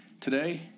Today